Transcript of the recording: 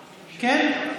כן?